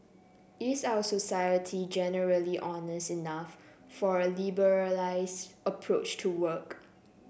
is our society generally honest enough for a liberalised approach to work